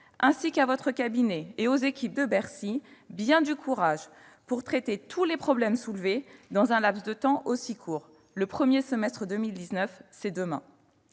ainsi qu'à votre cabinet et aux équipes de Bercy, bien du courage pour traiter tous les problèmes soulevés dans un laps de temps aussi court ! Le premier semestre de 2019, c'est demain.